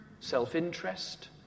Self-interest